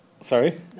sorry